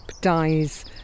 dies